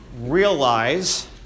realize